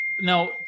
now